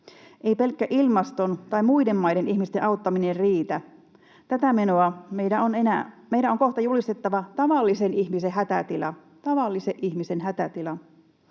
Ei pelkkä ilmaston tai muiden maiden ihmisten auttaminen riitä. Tätä menoa meidän on kohta julistettava tavallisen ihmisen hätätila